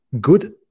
good